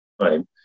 time